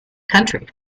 country